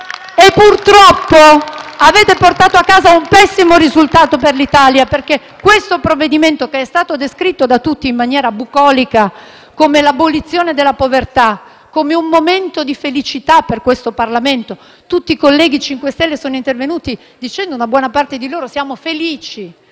E purtroppo avete portato a casa un pessimo risultato per l'Italia. Questo provvedimento è stato descritto da tutti in maniera bucolica, come l'abolizione della povertà, come un momento di felicità per questo Parlamento. Tutti i colleghi cinque stelle, o una buona parte di loro, sono